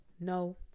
no